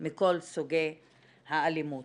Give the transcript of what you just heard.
מכל סוגי האלימות.